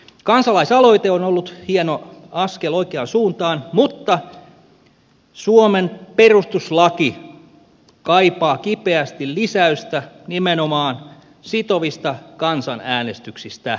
kansalaisaloite on ollut hieno askel oikeaan suuntaan mutta suomen perustuslaki kaipaa kipeästi lisäystä nimenomaan sitovista kansanäänestyksistä